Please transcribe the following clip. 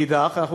מאידך גיסא,